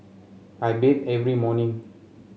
I bathe every morning